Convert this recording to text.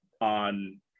on